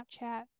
snapchat